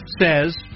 says